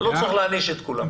אני לא צריך להעניש את כולם.